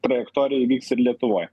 trajektorija įvyks ir lietuvoj